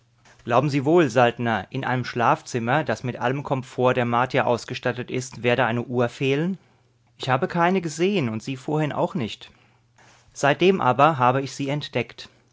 glauben sie wohl saltner in einem schlafzimmer das mit allem komfort der martier ausgestattet ist werde eine uhr fehlen ich habe keine gesehen und sie vorhin auch nicht seitdem aber habe ich sie entdeckt